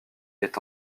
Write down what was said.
est